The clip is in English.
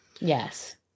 Yes